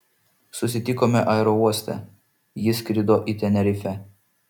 susitikome aerouoste ji skrido į tenerifę